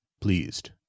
Pleased